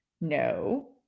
No